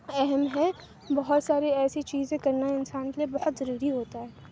اہم ہے بہت ساری ایسی چیزیں کرنا انسان کے لیے بہت ضروری ہوتا ہے